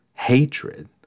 Hatred